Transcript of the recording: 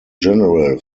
general